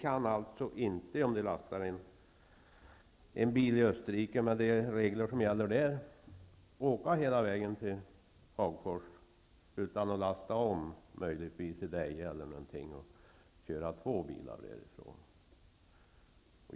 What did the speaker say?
Om man lastar en bil i Österrike, med de regler som gäller där, kan man inte köra hela vägen till Hagfors utan att lasta om, möjligtvis i Deje, och köra med två bilar därifrån.